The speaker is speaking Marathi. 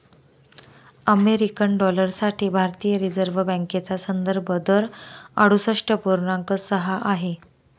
अमेरिकन डॉलर साठी भारतीय रिझर्व बँकेचा संदर्भ दर अडुसष्ठ पूर्णांक सहा आहे